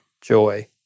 joy